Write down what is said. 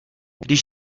když